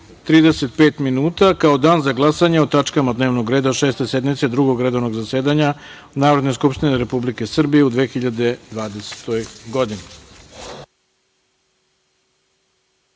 35 minuta, kao dan za glasanje o tačkama dnevnog reda Šeste sednice Drugog redovnog zasedanja Narodne skupštine Republike Srbije u 2020. godini. Želim